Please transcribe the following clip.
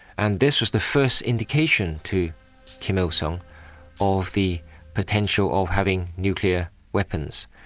and this was the first indication to kim il-sung of the potential of having nuclear weapons.